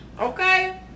okay